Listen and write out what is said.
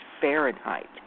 Fahrenheit